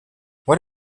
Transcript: what